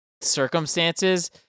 circumstances